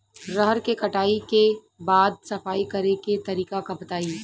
रहर के कटाई के बाद सफाई करेके तरीका बताइ?